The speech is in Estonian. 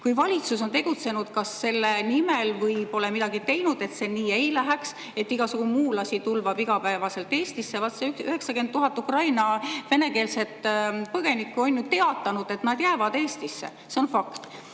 Valitsus on tegutsenud kas selle nimel või pole midagi teinud, et see nii ei läheks, et igasugu muulasi tulvab igapäevaselt Eestisse. Need 90 000 venekeelset Ukraina põgenikku on ju teatanud, et nad jäävad Eestisse. See on fakt.